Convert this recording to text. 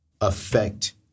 affect